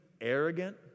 arrogant